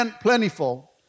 plentiful